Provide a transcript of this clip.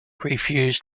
refused